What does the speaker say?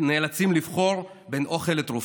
שנאלצים לבחור בין אוכל לתרופות.